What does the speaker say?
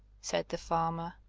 said the farmer.